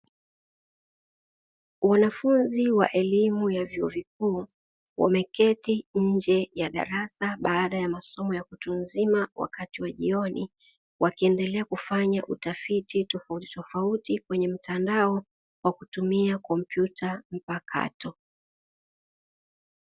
Wanafunzi wa elimu ya vyuo vikuu wameketi nje ya darasa baada ya masomo ya utuuzima wakati wa jioni, wakiendelea kufanya tafiti tofauti tofauti kwenye mtandao kwa kutumia kompyuta mpakato.